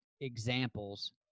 examples